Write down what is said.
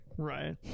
Right